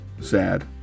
Sad